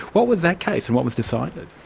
what was that case, and what was decided?